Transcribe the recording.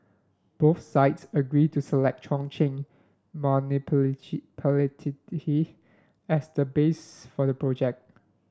both sides agreed to select Chongqing as the base for the project